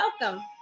welcome